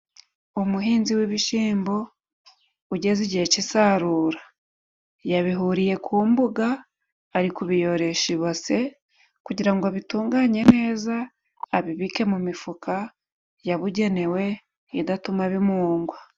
Umuhizi w'ibishyimbo ugeze igihe cy'isarura, yabihuriye ku mbuga ari kubiyoresha ibase kugira ngo abitunganye neza, abibike mu mifuka yabugenewe idatuma bimungwa.